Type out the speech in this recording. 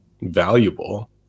valuable